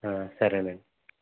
సరే నండి